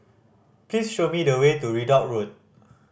please show me the way to Ridout Road